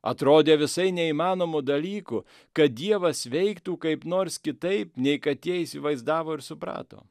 atrodė visai neįmanomu dalyku kad dievas veiktų kaip nors kitaip nei kad jie įsivaizdavo ir suprato